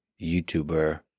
YouTuber